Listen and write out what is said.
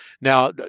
Now